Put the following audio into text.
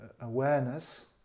awareness